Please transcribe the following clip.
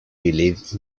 believe